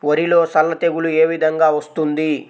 వరిలో సల్ల తెగులు ఏ విధంగా వస్తుంది?